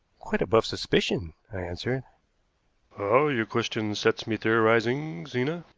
quite above suspicion, i answered. ah, your question sets me theorizing, zena,